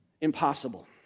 Impossible